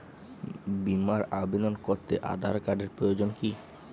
বিমার আবেদন করতে আধার কার্ডের প্রয়োজন কি?